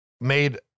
made